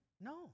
No